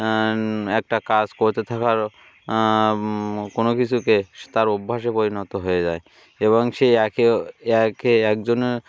একটা কাজ করতে থাকার কোনো কিছুকে তার অভ্যাসে পরিণত হয়ে যায় এবং সে একে একে একজনের